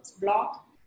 block